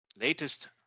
latest